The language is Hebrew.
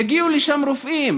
יגיעו לשם רופאים,